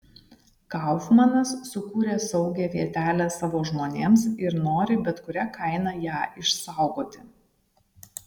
kaufmanas sukūrė saugią vietelę savo žmonėms ir nori bet kuria kaina ją išsaugoti